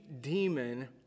demon